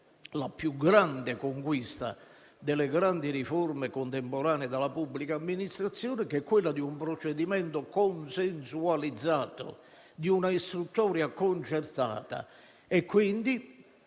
la più grande conquista delle grandi riforme contemporanee della pubblica amministrazione, che è quella di un procedimento consensualizzato, di un'istruttoria concentrata e, quindi,